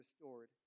restored